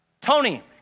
Tony